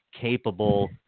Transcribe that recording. capable